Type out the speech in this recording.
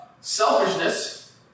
Selfishness